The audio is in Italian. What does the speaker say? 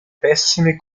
pessime